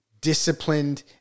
disciplined